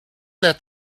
let